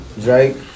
Drake